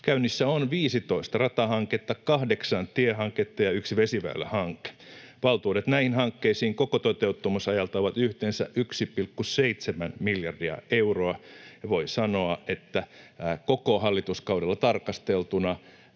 Käynnissä on viisitoista ratahanketta, kahdeksan tiehanketta ja yksi vesiväylähanke. Valtuudet näihin hankkeisiin koko toteuttamisajalta ovat yhteensä 1,7 miljardia euroa, ja voi sanoa, että koko hallituskaudella tarkasteltuna